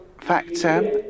factor